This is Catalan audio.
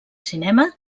cinema